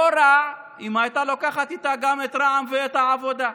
זה לא היה רע אם היא הייתה לוקחת איתה גם את רע"מ ואת העבודה,